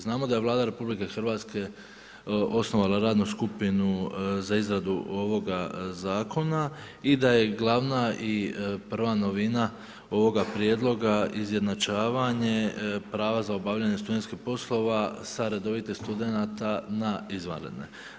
Znamo da je Vlada RH osnovala radnu skupinu za izradu ovoga zakona i da je glavna i prva novina ovoga prijedloga izjednačavanje prava za obavljanje studentskih poslova sa redovitih studenata na izvanredne.